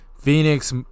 Phoenix